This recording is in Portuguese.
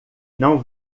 não